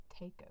takeover